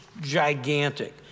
gigantic